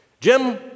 Jim